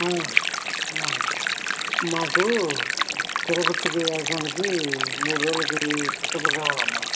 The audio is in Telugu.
మాకు చిరుపతికి మూడు రోజులకి టికెట్లు కావాలమ్మా